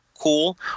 Cool